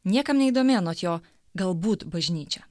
niekam neįdomi anot jo galbūt bažnyčia